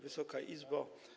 Wysoka Izbo!